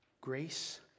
grace